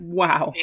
wow